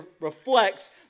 reflects